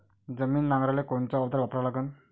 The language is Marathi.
जमीन नांगराले कोनचं अवजार वापरा लागन?